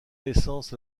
naissance